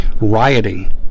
rioting